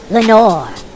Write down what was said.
Lenore